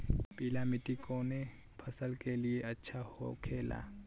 पीला मिट्टी कोने फसल के लिए अच्छा होखे ला?